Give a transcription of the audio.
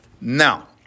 Now